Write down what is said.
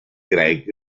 greg